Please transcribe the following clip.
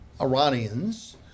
Iranians